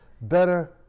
better